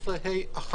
13(ה1)